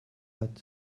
but